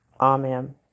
Amen